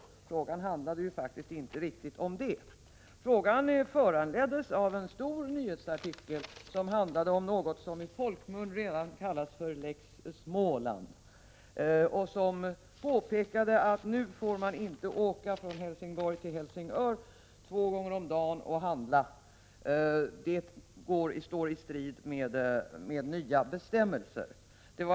Men frågan handlade faktiskt inte om det, utan föranleddes av en stor nyhetsartikel om något som i folkmun redan kallas lex Småland. Artikeln påpekade att man nu inte får åka från Helsingborg till Helsingör två gånger om dagen och handla. Det står i strid med nya bestämmelser.